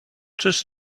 czyż